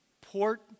Port